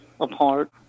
apart